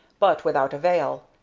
but without avail,